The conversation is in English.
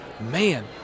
man